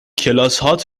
کلاسهات